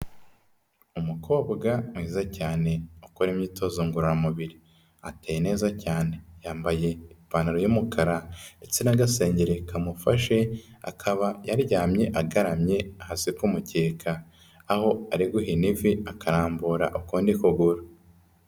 Umukobwa mwiza cyane ukora imyitozo ngororamubiri, ateye neza cyane, yambaye ipantaro y'umukara ndetse n'agasengeri kamufashe, akaba yaryamye agaramye hasi ku mukeka, aho ari guhina ivi akarambura akundi kuguru.